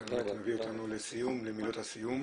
אתם מביאים אותנו למילות הסיום.